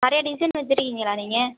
நிறைய டிசைன் வச்சுருக்கீங்களா நீங்கள்